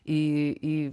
į į